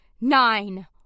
nine